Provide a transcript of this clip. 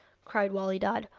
cried wali dad,